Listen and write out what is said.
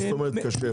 מה זאת אומרת קשה?